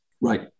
Right